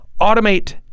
automate